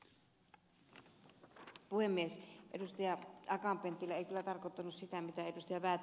akaan penttilä ei kyllä tarkoittanut sitä mitä ed